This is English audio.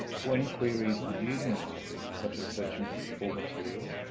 for any queries on using the library such as searching for for material,